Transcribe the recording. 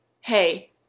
Hey